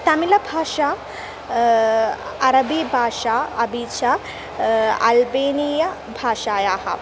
तमिल्भाषा अरबीभाषा अपि च अल्बेनियभाषायाः